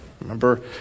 Remember